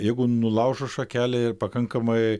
jeigu nulaužus šakelę ir pakankamai